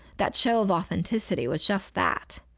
that show of authenticity was just that,